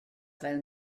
fel